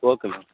okay ma'am